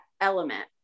element